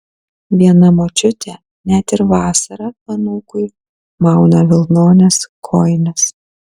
viena močiutė net ir vasarą anūkui mauna vilnones kojines